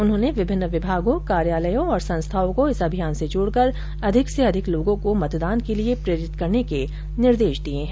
उन्होंने विभिन्न विभागों कार्यालयों और संस्थाओं को इस अभियान से जोड़कर अधिक से अधिक लोगों को मतदान के लिए प्रेरित करने के निर्देश दिये है